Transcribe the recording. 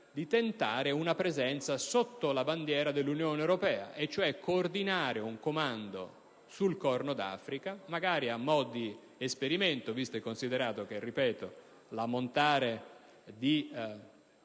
di organizzare una presenza sotto la bandiera dell'Unione europea, cioè di coordinare un comando sul Corno d'Africa, magari in forma di esperimento, visto e considerato che il numero di